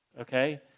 okay